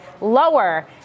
lower